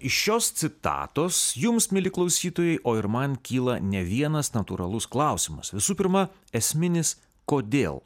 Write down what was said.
iš šios citatos jums mieli klausytojai o ir man kyla ne vienas natūralus klausimas visų pirma esminis kodėl